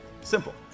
simple